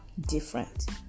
different